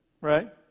right